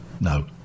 No